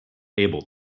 able